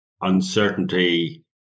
uncertainty